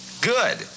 Good